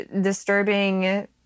disturbing